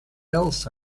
else